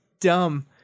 dumb